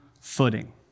footing